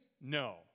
No